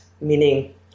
Meaning